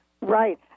Right